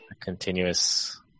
continuous